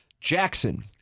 Jackson